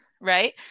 right